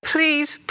Please